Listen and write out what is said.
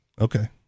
Okay